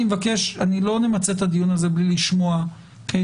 לא נמצה את הדיון הזה בלי לשמוע את